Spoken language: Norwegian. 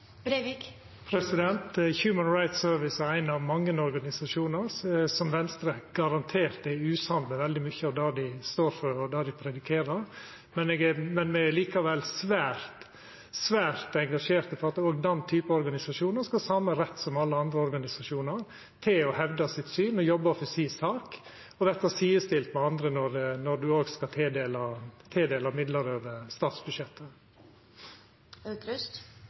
er éin av mange organisasjonar som Venstre garantert er usamd med når det gjeld veldig mykje av det dei står for, og det dei predikerer. Eg er likevel svært engasjert i at også den typen organisasjonar skal ha same rett som alle andre organisasjonar til å hevda sitt syn og jobba for si sak og verta sidestilt med andre når ein skal tildela midlar over